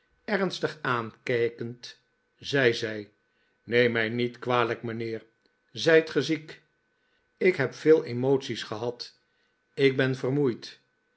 ernstig aankijkend zei zij neem mij niet kwalijk mijnheer zijt ge ziek ik heb veel emoties gehad en ben vermoeid